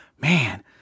man